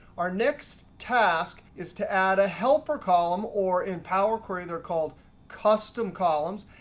our next task is to add a helper column, or in power query they're called custom columns.